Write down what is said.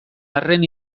arren